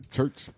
Church